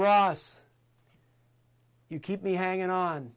ross you keep me hanging on